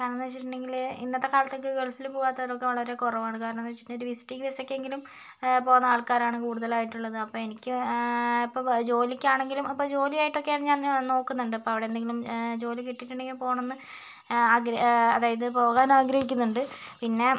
കാരണം എന്ന് വെച്ചിട്ടുണ്ടെങ്കിൽ ഇന്നത്തെ കാലത്തൊക്കെ ഗൾഫിൽ പോകാത്തവർ ഒക്കെ വളരെ കുറവാണ് കാരണം എന്നു വെച്ചിട്ടുണ്ടെങ്കിൽ ഒരു വിസിറ്റിംഗ് വിസയ്ക്കെങ്കിലും പോകുന്ന ആൾക്കാരാണ് കൂടുതലായിട്ടുള്ളത് അപ്പോൾ എനിക്ക് ഇപ്പോൾ ജോലിക്കാണെങ്കിലും അപ്പോൾ ജോലിയായിട്ട് ഒക്കെ ഞാൻ നോക്കുന്നുണ്ട് ഇപ്പോൾ അവിടെ എന്തെങ്കിലും ജോലി കിട്ടിയിട്ടുണ്ടെങ്കിൽ പോകണം എന്ന് ആഗ്രഹ അതായത് പോകാൻ ആഗ്രഹിക്കുന്നുണ്ട് പിന്നെ